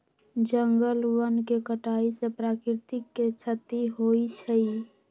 जंगल वन के कटाइ से प्राकृतिक के छति होइ छइ